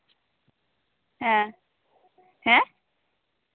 ᱦᱮᱸ ᱦᱮᱸ